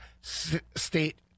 State